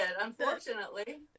unfortunately